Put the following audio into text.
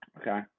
okay